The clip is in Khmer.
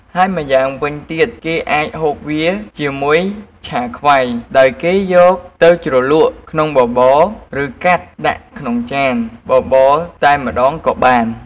ហើយម្យ៉ាងវិញទៀតគេអាចហូបវាជាមួយឆាខ្វៃ ដោយគេយកទៅជ្រលក់ក្នុងបបរ ឬកាត់ដាក់ក្នុងចានបបរតែម្តងក៏បាន។